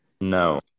No